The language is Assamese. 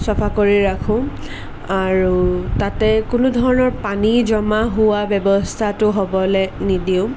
চাফা কৰি ৰাখোঁ আৰু তাতে কোনো ধৰণৰ পানী জমা হোৱা ব্যৱস্থাটো হ'বলৈ নিদিওঁ